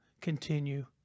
continue